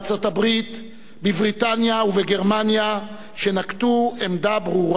בבריטניה ובגרמניה, שנקטו עמדה ברורה נגד הטרור.